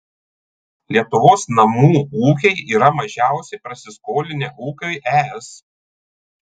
lietuvos namų ūkiai yra mažiausiai prasiskolinę ūkiai es